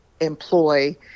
employ